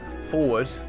forward